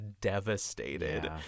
devastated